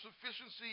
sufficiency